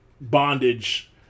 bondage